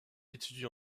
étudie